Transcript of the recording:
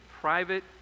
private